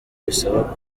bisaba